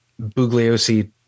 Bugliosi –